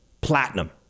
platinum